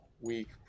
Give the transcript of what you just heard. Week